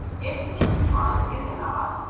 if the truth pond is in oz,